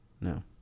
No